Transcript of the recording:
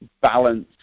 balance